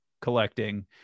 collecting